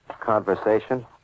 Conversation